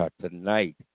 Tonight